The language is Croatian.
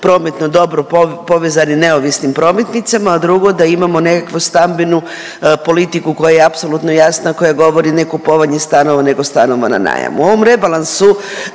prometno dobro povezani neovisnim prometnicama, a drugo da imamo nekakvu stambenu politiku koja je apsolutno jasna, koja govori ne kupovanje stanova nego stanova na najam. U ovom rebalansu